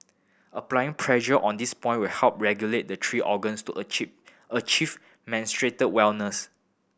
applying pressure on this point will help regulate the three organs to achieve achieve wellness